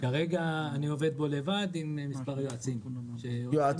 כרגע אני עובד בו לבד עם מספר יועצים חיצוניים.